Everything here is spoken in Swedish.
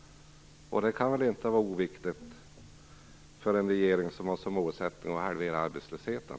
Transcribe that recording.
Det kan inte vara oviktigt för en regering som har som målsättning att halvera arbetslösheten.